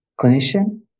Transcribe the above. clinician